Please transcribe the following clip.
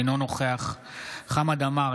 אינו נוכח חמד עמאר,